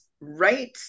Right